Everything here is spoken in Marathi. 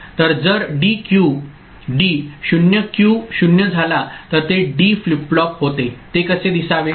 तर जर डी 0 क्यू 0 झाला तर ते डी फ्लिप फ्लॉप होते ते कसे दिसावे